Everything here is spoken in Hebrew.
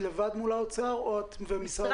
את לבד מול האוצר או את ומשרד התחבורה?